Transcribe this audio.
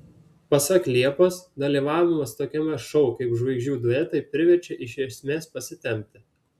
pasak liepos dalyvavimas tokiame šou kaip žvaigždžių duetai priverčia iš esmės pasitempti